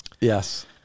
Yes